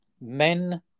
men